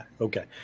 Okay